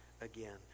again